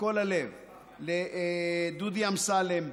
מכל הלב לדודי אמסלם,